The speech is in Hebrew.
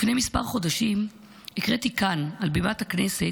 לפני כמה חודשים הקראתי כאן, על בימת הכנסת,